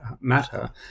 matter